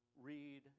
read